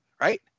right